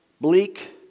Bleak